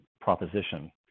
proposition